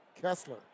Kessler